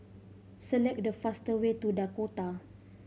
select the fastest way to Dakota